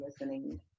listening